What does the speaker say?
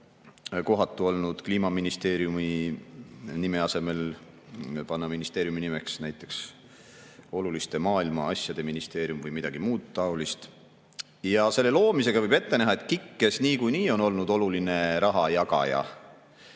kohatu olnud kliimaministeeriumi nime asemel panna ministeeriumi nimeks näiteks oluliste maailmaasjade ministeerium või midagi muud taolist. Ja selle loomisega võib ette näha, et kui KIK on niikuinii olnud oluline rahajagaja,